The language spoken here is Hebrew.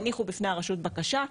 הניחו בפני הרשות בקשה,